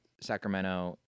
Sacramento